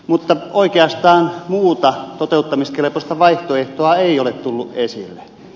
mutta oikeastaan muuta toteuttamiskelpoista vaihtoehtoa ei ole tullut esille